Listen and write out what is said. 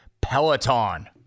Peloton